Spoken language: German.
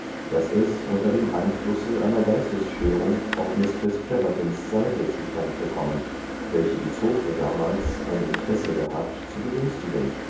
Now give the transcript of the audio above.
daß es unter dem einflusse einer geistesstörung auf mistreß trevertons seite zu stand gekommen welche die zofe damals ein interesse gehabtzubegünstigen